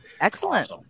Excellent